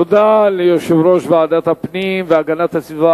תודה ליושב-ראש ועדת הפנים והגנת הסביבה,